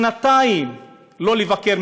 שנתיים לא לבקר.